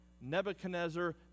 Nebuchadnezzar